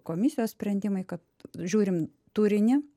komisijos sprendimai kad žiūrim turinį